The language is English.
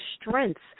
strengths